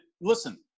listen